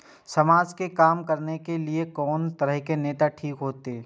समाज के काम करें के ली ये कोन तरह के नेता ठीक होते?